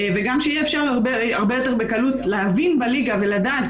וגם שיהיה אפשר הרבה בקלות להאזין בליגה ולדעת,